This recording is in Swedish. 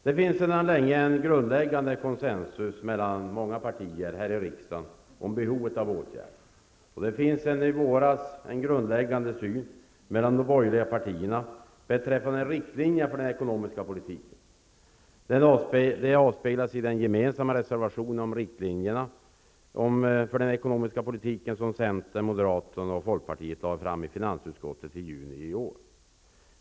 Det finns sedan länge en grundläggande consensus mellan många partier här i riksdagen om behovet av åtgärder, och det finns sedan i våras en grundläggande syn mellan de borgerliga partierna beträffande riktlinjerna för den ekonomiska politiken. Det avspeglas i den gemensamma reservation om riktlinjerna för den ekonomiska politiken som centern, moderaterna och folkpartiet avgav i finansutskottet i juni i år.